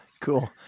Cool